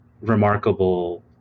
remarkable